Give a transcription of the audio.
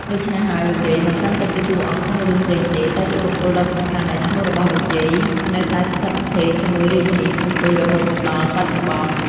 ដូច្នេះហើយ លោកយាយមិនត្រឹមតែជាតួអង្គក្នុងរឿងព្រេងទេ តែជាបុគ្គលដ៏សំខាន់ដែលឈ្មោះរបស់លោកយាយនៅតែស្ថិតស្ថេរជាមួយរាជធានីភ្នំពេញរហូតមកដល់បច្ចុប្បន្ន។